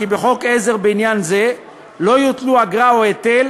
כי בחוק עזר בעניין זה לא יוטלו אגרה או היטל